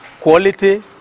quality